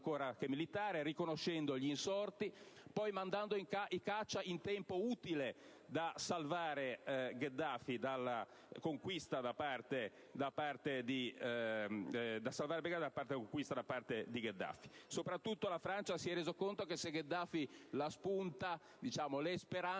ancora che militare, riconoscendo gli insorti e poi inviando i caccia in tempo utile per salvare Bengasi dalla conquista da parte di Gheddafi. Soprattutto, la Francia si è resa conto che, se Gheddafi la spunta, le speranze